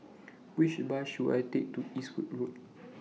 Which Bus should I Take to Eastwood Road